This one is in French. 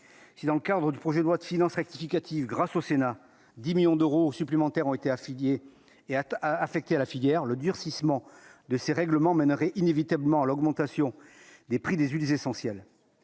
dans le cadre du projet de loi de finances rectificative grâce au Sénat 10 millions d'euros supplémentaires ont été affiliés et à tu as affectées à la filière, le durcissement de ces règlements mènerait inévitablement l'augmentation des prix des Ulis essentiel en